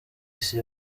isi